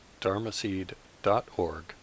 dharmaseed.org